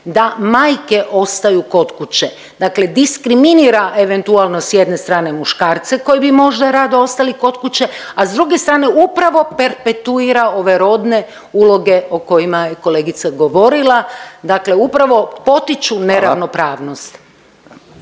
da majke ostaju kod kuće. Dakle, diskriminira eventualno s jedne strane muškarce koji bi možda rado ostali kod kuće, a s druge strane upravo perpetuira ove rodne uloge o kojima je kolegica govorila. Dakle, upravo potiču neravnopravnost.